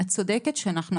את צודקת שאנחנו,